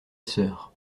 sœur